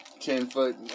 ten-foot